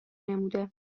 نموده